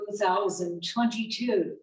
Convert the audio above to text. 2022